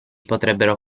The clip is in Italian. potrebbero